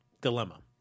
dilemma